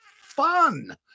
fun